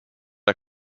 are